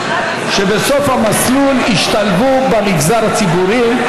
ובסוף המסלול ישתלבו במגזר הציבורי.